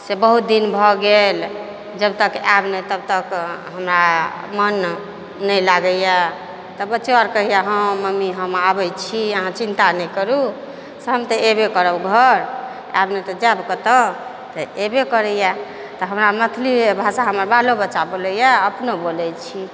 से बहुत दिन भऽ गेल जब तक आएब नहि तब तक हमरा मन नहि लागैए तऽ बच्चो ओर कहैए हाँ मम्मी हम आबै छी अहाँ चिन्ता नहि करू से हम तऽ अएबे करब घर आएब नहि तऽ जाएब कतऽ तऽअएबे करैए तऽ हमरा मैथिलिए भाषा हमरा बालो बच्चा बोलैए अपनो बोलै छी